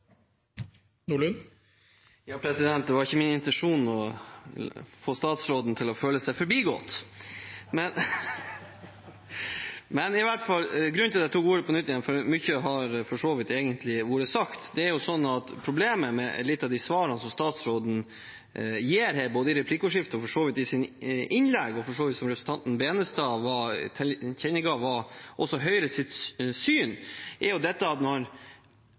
ulike områder. Det var ikke min intensjon å få statsråden til å føle seg forbigått. Grunnen til at jeg tok ordet på nytt igjen – for mye har egentlig allerede blitt sagt – er at problemet med noen av de svarene statsråden gir her, både i replikkordskiftet og for så vidt i hans innlegg, noe også representanten Tveiten Benestad for så vidt tilkjennega var Høyres syn, er at